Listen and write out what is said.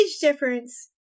difference